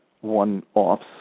one-offs